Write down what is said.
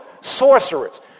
sorcerers